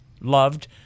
Loved